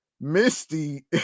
Misty